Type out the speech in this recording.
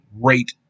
rate